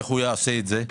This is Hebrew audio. איך יעשה זאת?